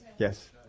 Yes